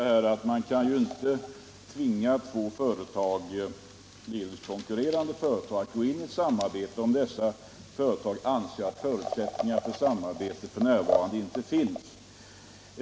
Herr talman! Man kan ju inte tvinga företag, som delvis är konkurrerande, att gå in i ett samarbete, om de anser att förutsättningar för ett sådant inte föreligger.